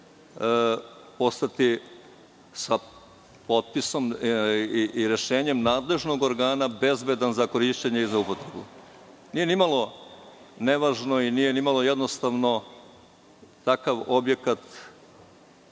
postati, sa potpisom i rešenjem nadležnog organa, bezbedan za korišćenje i za upotrebu. Nije ni malo nevažno i nije ni malo jednostavno takav objekat